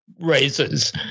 raises